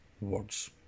words